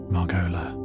Margola